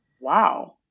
Wow